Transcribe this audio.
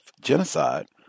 genocide